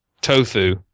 tofu